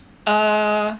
err